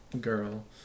girl